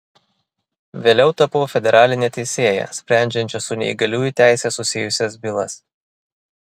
vėliau tapau federaline teisėja sprendžiančia su neįgaliųjų teise susijusias bylas